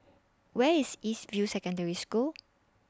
Where IS East View Secondary School